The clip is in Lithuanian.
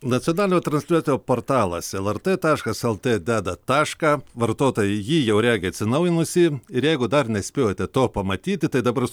nacionalinio transliuotojo portalas el er tė taškas el tė deda tašką vartotojai jį jau regi atsinaujinusį ir jeigu dar nespėjote to pamatyti tai dabar